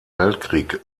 weltkrieg